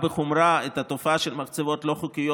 בחומרה את התופעה של המחצבות הלא-חוקיות